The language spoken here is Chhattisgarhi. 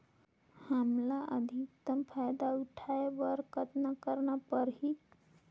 हमला अधिकतम फायदा उठाय बर कतना करना परही?